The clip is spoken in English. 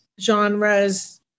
genres